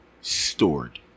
stored